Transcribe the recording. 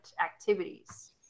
activities